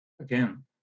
again